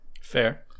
Fair